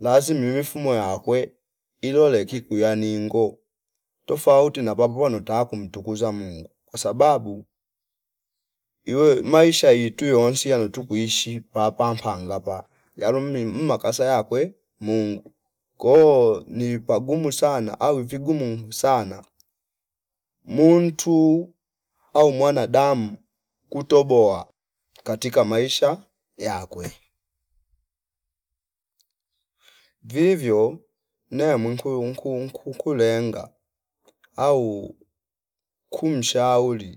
lazi mimi fumo yakwe iloleki kwiyani ningo tafouti na papo nota kumtukuza Mungu kwa sababu iwe maisha itwi yonsia nutu kuishi papa pampangapa yalo mlim mmakasa yakwe Mungu koo ni pagumu sana au vigumu sana muntu au mwanadamu kutoboa katika maisha yakwe vivyo ne mwi nkuyu nku- nku- nkukulenga au kumshauli